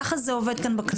ככה זה עובד כאן בכנסת.